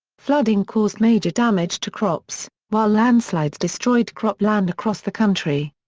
flooding caused major damage to crops, while landslides destroyed crop land across the country.